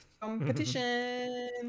Competition